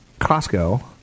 Costco